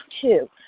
two